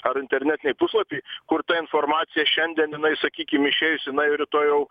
ar internetiniai puslapiai kur ta informacija šiandien jinai sakykim išėjusi na ir rytoj jau